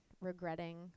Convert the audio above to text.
regretting